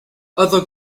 other